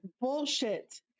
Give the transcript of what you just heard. bullshit